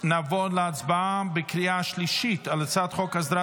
נעבור להצבעה בקריאה שלישית על הצעת חוק הסדרת